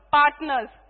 partners